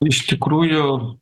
iš tikrųjų